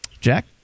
jack